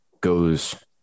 goes